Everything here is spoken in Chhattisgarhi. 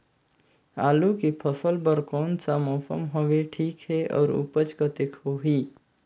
आलू के फसल बर कोन सा मौसम हवे ठीक हे अउर ऊपज कतेक होही?